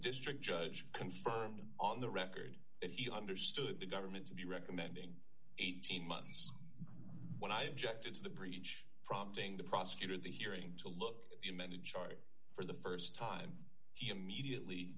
district judge confirmed on the record that he understood the government to be recommending eighteen months when i objected to the breach prompting the prosecutor at the hearing to look at the amended charge for the st time he immediately